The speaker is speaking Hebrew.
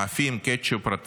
מאפים, קטשופ, רטבים,